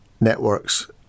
networks